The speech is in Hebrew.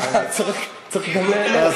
שמע, צריך גם ליהנות, לא?